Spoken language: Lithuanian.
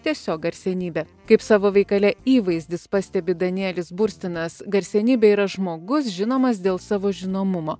tiesiog garsenybė kaip savo veikale įvaizdis pastebi danielius burstinas garsenybė yra žmogus žinomas dėl savo žinomumo